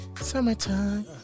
summertime